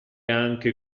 anche